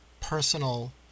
personal